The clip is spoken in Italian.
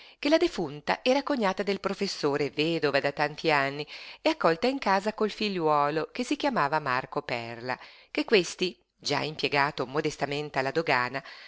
che la defunta era cognata del professore vedova da tanti anni e accolta in casa col figliuolo che si chiamava marco perla che questi già impiegato modestamente alla dogana